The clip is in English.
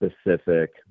specific